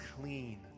clean